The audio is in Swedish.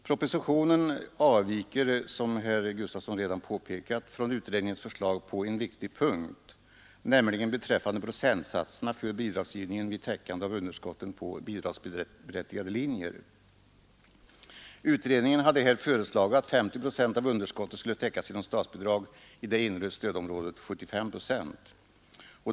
Propositionen avviker, som herr Gustafson i Göteborg redan påpekat, från utredningens förslag på en viktig punkt, nämligen beträffande procentsatserna för bidragsgivningen till täckande av underskotten på bidragsberättigade linjer. Utredningen hade här föreslagit att 50 procent av underskottet skulle täckas genom statsbidrag, i det inre stödområdet 75 procent.